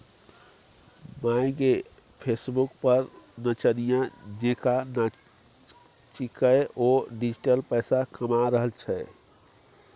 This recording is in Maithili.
माय गे फेसबुक पर नचनिया जेंका नाचिकए ओ डिजिटल पैसा कमा रहल छै